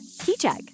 KeyCheck